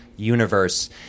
Universe